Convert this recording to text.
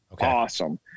awesome